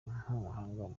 nk’umuhanga